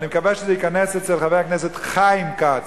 ואני מקווה שזה ייכנס אצל חבר הכנסת חיים כץ,